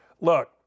Look